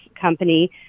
company